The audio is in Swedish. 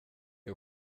jag